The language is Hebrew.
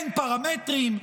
אין פרמטרים,